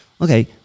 okay